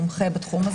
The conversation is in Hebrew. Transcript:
מומחה בתחום.